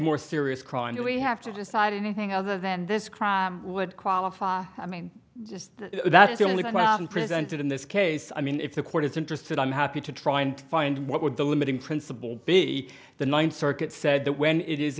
more serious crime that we have to decide anything other than this crime would qualify i mean just that it's only been presented in this case i mean if the court is interested i'm happy to try and find what would the limiting principle be the ninth circuit said that when it is